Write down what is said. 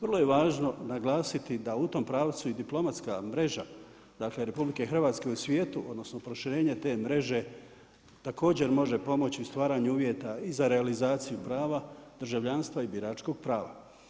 Vrlo je važno naglasiti da u tom pravcu i diplomatska mreža dakle RH u svijetu, odnosno proširenje te mreže također može pomoći u stvaranju uvjeta i za realizaciju prava, državljanstva i biračkog prava.